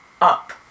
up